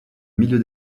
milieu